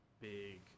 big